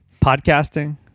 podcasting